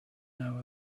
know